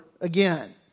again